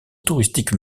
touristique